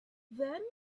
then